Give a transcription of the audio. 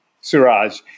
suraj